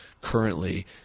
currently